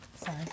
sorry